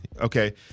Okay